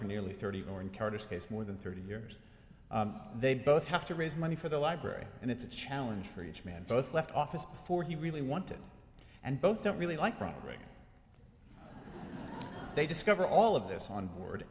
case more than thirty years they both have to raise money for the library and it's a challenge for each man both left office before he really wanted and both don't really like ronald reagan they discover all of this on board